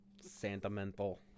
Sentimental